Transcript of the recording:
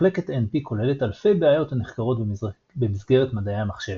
מחלקת NP כוללת אלפי בעיות הנחקרות במסגרת מדעי המחשב.